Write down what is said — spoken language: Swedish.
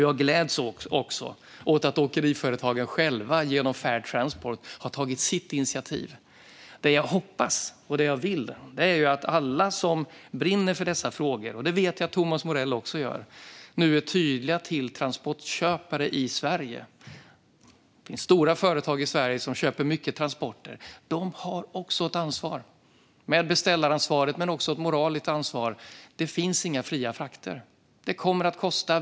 Jag gläds också åt att åkeriföretagen själva genom Fair Transport har tagit sitt initiativ. Det jag hoppas och vill är att alla som brinner för dessa frågor - det vet jag att Thomas Morell också gör - nu är tydliga till transportköpare i Sverige. Det finns stora företag i Sverige som köper många transporter, och de har ett beställaransvar men också ett moraliskt ansvar. Det finns inga fria frakter. De kommer att kosta.